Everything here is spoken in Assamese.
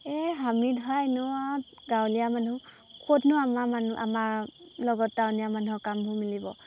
এই আমি ধৰা এনেও আৰু গাঁৱলীয়া মানুহ ক'তনো আমাৰ মানুহ আমাৰ লগত টাউনীয়া মানুহৰ কামবোৰ মিলিব